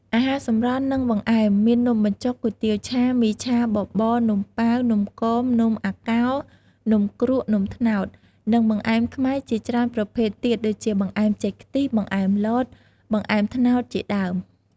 អាហារសម្រន់ និងបង្អែម មាននំបញ្ចុក គុយទាវឆា មីឆា បបរ នំប៉ាវ នំគម នំអាកោ នំគ្រក់ នំត្នោត និងបង្អែមខ្មែរជាច្រើនប្រភេទទៀត ដូចជា បង្អែមចេកខ្ទិះ បង្អែមលត បង្អែមត្នោតជាដើម។